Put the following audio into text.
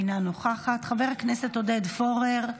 אינה נוכחת, חבר הכנסת עודד פורר,